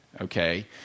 okay